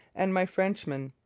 and my frenchmen,